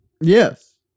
Yes